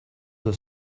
were